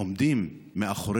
ומאוחר